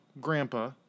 Grandpa